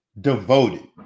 devoted